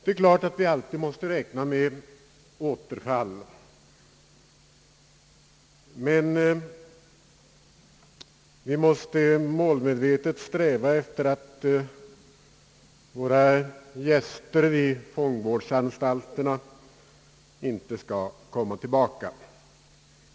Det är klart att vi alltid måste räkna med återfall, men vi bör målmedvetet sträva efter att våra »gäster» vid fångvårdsanstalterna inte skall komma tillbaka.